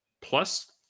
plus